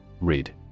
Read